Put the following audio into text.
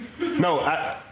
No